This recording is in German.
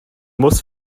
muss